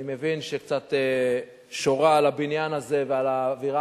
אני מבין שקצת שורה על הבניין הזה ועל האווירה